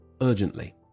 urgently